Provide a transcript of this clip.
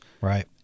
Right